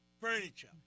furniture